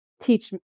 teach